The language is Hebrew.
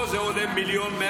פה זה עולה 1.1 מיליון,